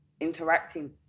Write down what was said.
interacting